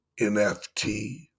NFT